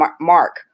Mark